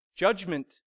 Judgment